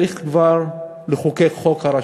צריך כבר לחוקק חוק לרשות.